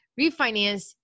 refinance